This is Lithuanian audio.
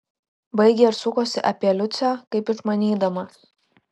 baigė ir sukosi apie liucę kaip išmanydamas